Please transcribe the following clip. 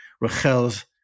Rachel's